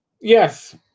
Yes